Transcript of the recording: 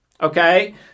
Okay